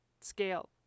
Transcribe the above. scale